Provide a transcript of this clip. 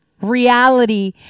reality